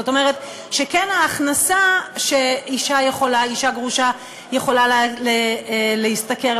זאת אומרת שההכנסה שאישה גרושה יכולה להשתכר,